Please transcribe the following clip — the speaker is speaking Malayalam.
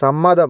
സമ്മതം